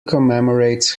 commemorates